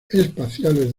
espaciales